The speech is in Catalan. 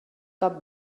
cap